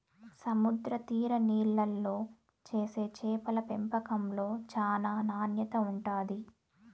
సముద్ర తీర నీళ్ళల్లో చేసే చేపల పెంపకంలో చానా నాణ్యత ఉంటాది